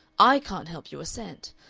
i can't help you a cent.